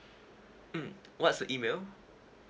mm what's the email